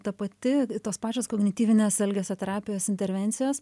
ta pati tos pačios kognityvinės elgesio terapijos intervencijos